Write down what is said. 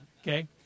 okay